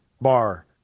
bar